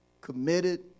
committed